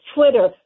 Twitter